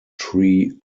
tree